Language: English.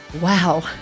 wow